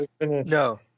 No